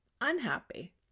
unhappy